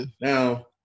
now